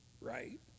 right